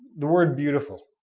the word beautiful,